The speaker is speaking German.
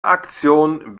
aktion